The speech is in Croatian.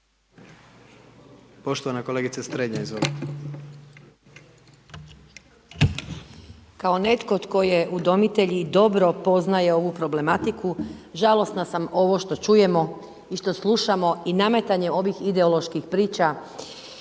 Poštovana kolegice Strenja, izvolite.